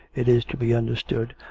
it is to be understood,